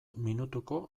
minutuko